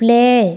play